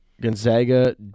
Gonzaga